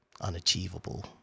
unachievable